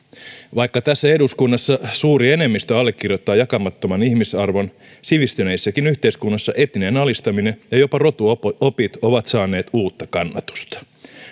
vaikka tässä eduskunnassa suuri enemmistö allekirjoittaa jakamattoman ihmisarvon sivistyneissäkin yhteiskunnissa etninen alistaminen ja jopa rotuopit ovat saaneet uutta kannatusta